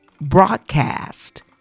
broadcast